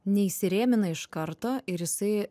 neįsirėmina iš karto ir jisai